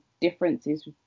differences